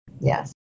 Yes